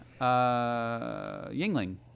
Yingling